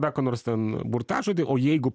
dar ko nors ten burtažodį o jeigu